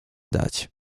dać